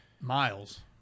Miles